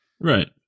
Right